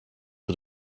for